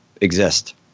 exist